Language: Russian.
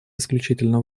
исключительно